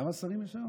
כמה שרים יש היום?